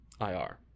IR